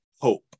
hope